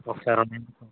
ఒకసారి